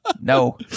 No